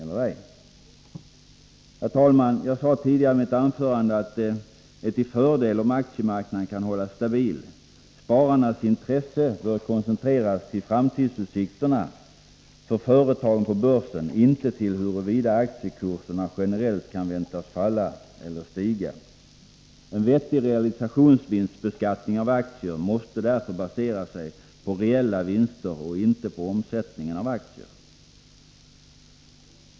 Herr talman! Jag sade tidigare i mitt anförande att det är till fördel om aktiemarknaden kan hållas stabil. Spararnas intresse bör koncentreras till framtidsutsikterna för företagen på börsen, inte till huruvida aktiekurserna generellt kan väntas falla eller stiga. En vettig realisationsvinstbeskattning av aktier måste därför basera sig på reella vinster och inte på omsättningen av aktier.